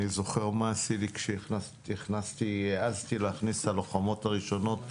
אני זוכר מה עשו לי כשהעזתי להכניס את הלוחמות הראשונות למג"ב,